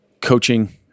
coaching